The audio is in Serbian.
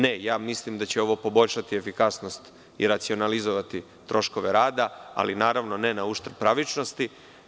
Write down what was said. Ne, mislim da će ovo poboljšati efikasnost i racionalizovati troškove radi, ali naravno ne na uštrb pravičnosti.